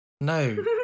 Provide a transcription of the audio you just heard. No